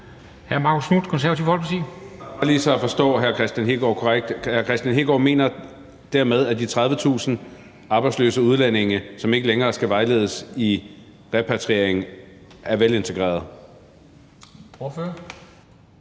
Marcus Knuth (KF): Bare lige så jeg forstår hr. Kristian Hegaard korrekt: Mener hr. Kristian Hegaard dermed, at de 30.000 arbejdsløse udlændinge, som ikke længere skal vejledes i repatriering, er velintegrerede?